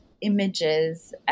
images